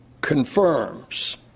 confirms